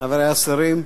חברי השרים,